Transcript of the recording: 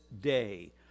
day